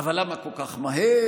אבל למה כל כך מהר,